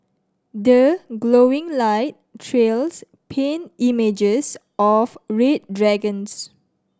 the glowing light trails paint images of red dragons